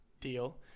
deal